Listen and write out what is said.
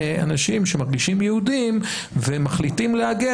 אנשים שמרגישים יהודים ומחליטים להגר,